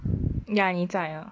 ya 你在了